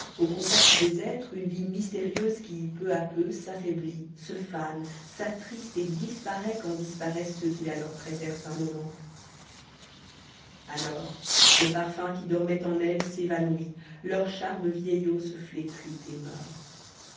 au contact des êtres une vie mystérieuse qui peu à peu s'affaiblit se fane s'attriste et disparaît quand disparaissent ceux qui la leur prêtèrent un moment alors le parfum qui dormait en elles s'évanouit leur charme vieillot se flétrit